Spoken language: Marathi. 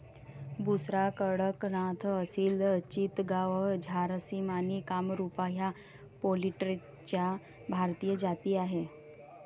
बुसरा, कडकनाथ, असिल चितगाव, झारसिम आणि कामरूपा या पोल्ट्रीच्या भारतीय जाती आहेत